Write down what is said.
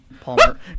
Palmer